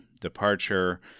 departure